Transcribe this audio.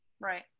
Right